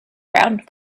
round